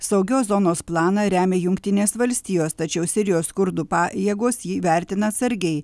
saugios zonos planą remia jungtinės valstijos tačiau sirijos kurdų pajėgos jį vertina atsargiai